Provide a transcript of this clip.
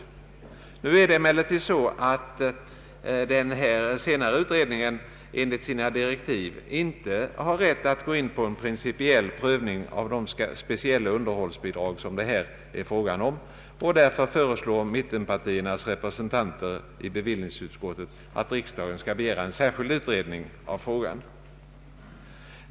Enligt direktiven skall den senare utredningen emellertid inte gå in på en principiell prövning av de speciella underhållsbidrag som det här är fråga om. Mittenpartiernas representanter i bevillningsutskottet föreslår därför att riksdagen skall begära en särskild utredning av frågan.